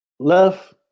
Left